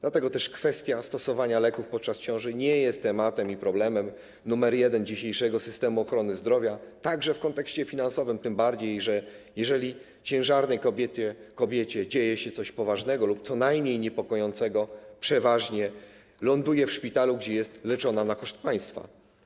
Dlatego też kwestia stosowania leków podczas ciąży nie jest tematem i problemem nr 1 dzisiejszego systemu ochrony zdrowia, także w kontekście finansowym, tym bardziej że jeżeli ciężarnej kobiecie dzieje się coś poważnego lub co najmniej niepokojącego, przeważnie ląduje ona w szpitalu, gdzie jest leczona na koszt państwa.